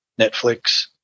Netflix